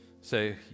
Say